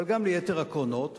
אבל גם ליתר הקרונות.